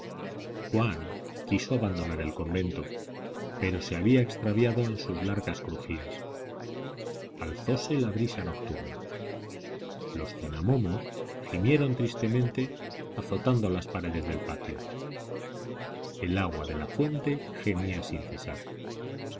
juan quiso abandonar el convento pero se había extraviado en sus largas crujías alzóse la brisa nocturna los cinamomos gimieron tristemente azotando las paredes del patio el agua de la fuente gemía sin cesar